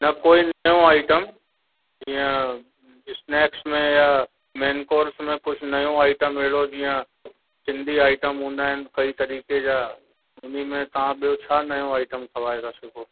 न कोई नओं आईटम जीअं स्नैक्स में या मेन कोर्स में कुझु नओं आईटम अहिड़ो जीअं सिंधी आईटम हूंदा आहिनि कई तरीक़े जा हुन में तव्हां ॿियो छा नओं आईटम ठाहिराए था सघो